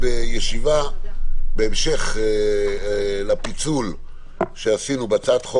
אנחנו בישיבה בהמשך לפיצול שעשינו בהצעת חוק